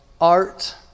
art